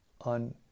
on